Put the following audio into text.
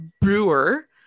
brewer